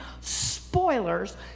spoilers